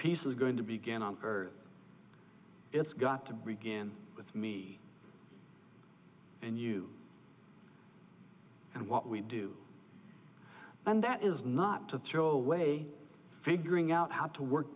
peace is going to began on earth it's got to begin with me and you and what we do and that is not to throw away figuring out how to work